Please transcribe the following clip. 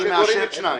תורידו את (2).